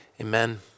amen